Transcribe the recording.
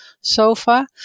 sofa